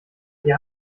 wir